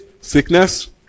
sickness